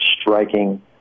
striking